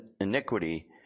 iniquity